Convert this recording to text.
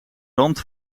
rand